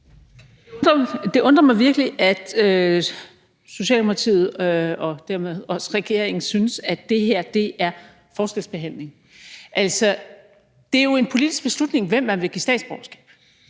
Det undrer mig virkelig, at Socialdemokratiet og dermed også regeringen synes, at det her er forskelsbehandling. Det er jo en politisk beslutning, hvem man vil give statsborgerskab,